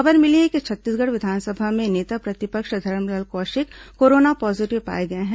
खबर मिली है कि छत्तीसगढ़ विधानसभा में नेता प्रतिपक्ष धरमलाल कौशिक कोरोना पॉजिटिव पाए गए हैं